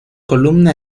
columna